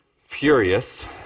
Furious